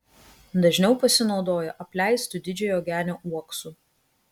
dažniau pasinaudoja apleistu didžiojo genio uoksu